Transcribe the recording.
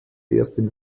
ersten